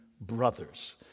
brothers